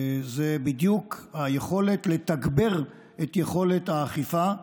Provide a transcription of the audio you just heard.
זה בדיוק תגבור יכולת האכיפה.